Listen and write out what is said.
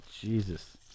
jesus